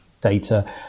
data